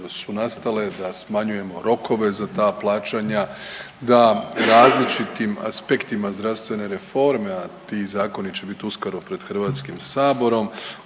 su nastale, da smanjujemo rokove za ta plaćanja, da različitim aspektima zdravstvene reforme, a ti zakoni će bit uskoro pred HS-om upravo